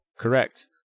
correct